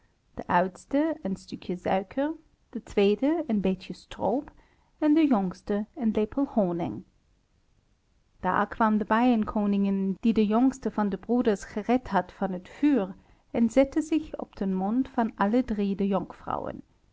de oudste een stukje suiker de tweede een beetje stroop en de jongste een lepel honing daar kwam de bijenkoningin die de jongste van de broeders gered had van het vuur en zette zich op den mond van